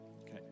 Okay